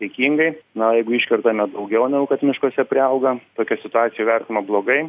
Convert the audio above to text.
saikingai na o jeigu iškertame daugiau negu kad miškuose priauga tokią situaciją vertinam blogai